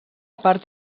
part